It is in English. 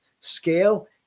scale